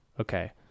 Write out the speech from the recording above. Okay